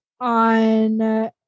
on